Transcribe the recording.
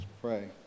pray